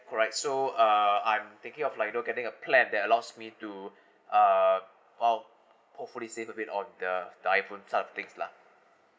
correct so uh I'm thinking of like you know getting a plan that allows me to uh hope hopefully save a bit of the the iPhone type of things lah